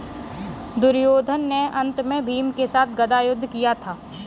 दुर्योधन ने अन्त में भीम के साथ गदा युद्ध किया था